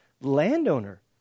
landowner